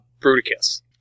Bruticus